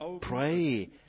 pray